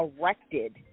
erected